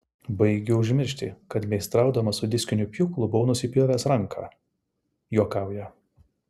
baigiu užmiršti kad meistraudamas su diskiniu pjūklu buvau nusipjovęs ranką juokauja